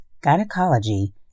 gynecology